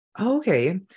Okay